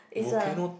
is a